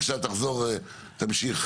אבל יהודה, תמשיך.